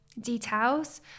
details